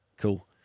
Cool